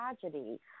tragedy